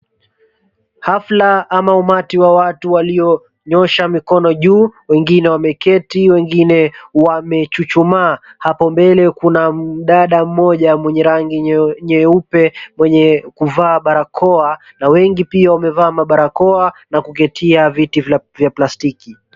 Hafla ama umati wa watu walionyosha mikono juu wengine wameketi wengine wamechuchumaa hapo mbele Kuna mdada mmoja mwenye rangi nyeupe mwenye kuvaa barakoa na wengi pia wamevaa mabarakoa na kuketia viti vya plastiki